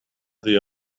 the